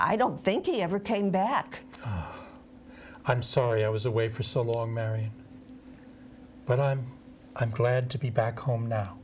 i don't think he ever came back i'm sorry i was away for so long mary but i'm glad to be back home now